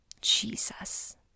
Jesus